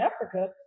Africa